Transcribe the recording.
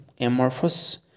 amorphous